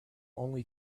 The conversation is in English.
only